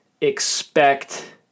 expect